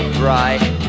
bright